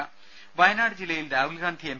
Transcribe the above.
ദേദ വയനാട് ജില്ലയിൽ രാഹുൽഗാന്ധി എം